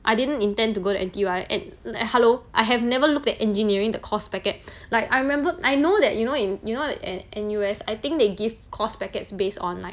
I didn't intend to go N_T_U I and hello I have never looked at engineering the course packet like I remember I know that you know in you know at N_U_S I think they give course packets based on like